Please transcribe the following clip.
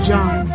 John